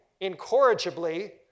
incorrigibly